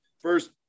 first